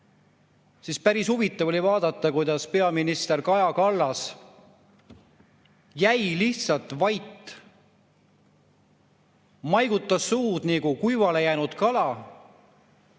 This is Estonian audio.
siis päris huvitav oli vaadata, kuidas peaminister Kaja Kallas jäi lihtsalt vait, maigutas suud nagu kuivale jäänud kala,